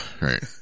right